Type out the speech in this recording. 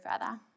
further